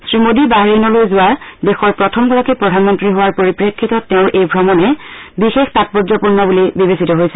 শ্ৰীমোডী বাহৰেইনলৈ যোৱা দেশৰ প্ৰথমগৰাকী প্ৰধানমন্তী হোৱাৰ পৰিপ্ৰেক্ষিতত তেওঁৰ এই ভ্ৰমণ বিশেষ তাৎপৰ্যপূৰ্ণ বুলি বিবেচিত হৈছে